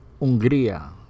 Hungría